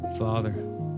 Father